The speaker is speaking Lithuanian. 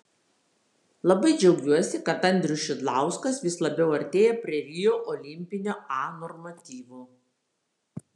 labai džiaugiuosi kad andrius šidlauskas vis labiau artėja prie rio olimpinio a normatyvo